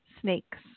snakes